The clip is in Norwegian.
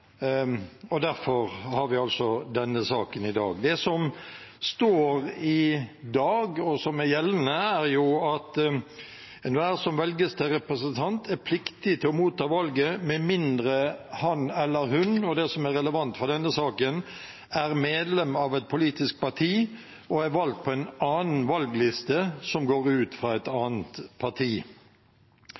Derfor har vi denne saken til behandling i dag. Det som står i Grunnloven og er gjeldende i dag, er at «Enhver som velges til representant, er pliktig til å motta valget, med mindre han eller hun d) er medlem av et politisk parti og er valgt på en valgliste som utgår fra et annet parti.»